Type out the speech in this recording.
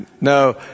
No